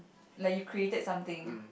like you created something